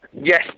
Yes